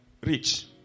rich